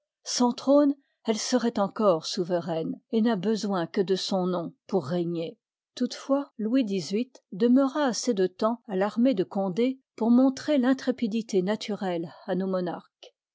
trône elle seroit encore souveraine i pv t et n'a besoin que de son nom pour régner v i toutefois louis xyi ii demeura assez de temps à l'armée de gondé pour montrer l'intrépidité naturelle à nos monarques